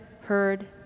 heard